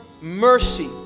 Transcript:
mercy